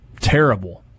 terrible